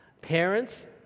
Parents